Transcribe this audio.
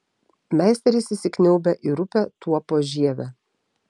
meisteris įsikniaubia į rupią tuopos žievę